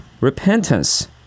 repentance